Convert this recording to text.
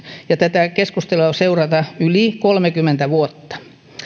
ja tätä keskustelua seurata yli kolmekymmentä vuotta